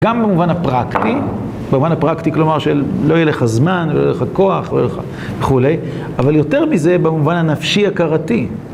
גם במובן הפרקטי, במובן הפרקטי כלומר שלא יהיה לך זמן, לא ויהיה לך כוח, ולא יהיה לך וכולי, אבל יותר מזה במובן הנפשי-הכרתי.